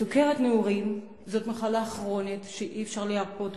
סוכרת נעורים היא מחלה כרונית שאי-אפשר לרפא אותה,